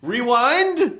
Rewind